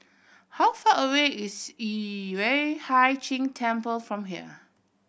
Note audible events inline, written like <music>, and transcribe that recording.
how far away is <unintelligible> Yueh Hai Ching Temple from here